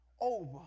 over